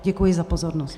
Děkuji za pozornost.